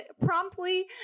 promptly